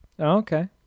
Okay